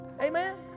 Amen